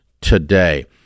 today